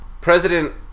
President